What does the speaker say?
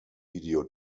video